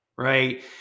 Right